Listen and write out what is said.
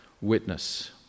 witness